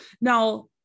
Now